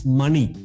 money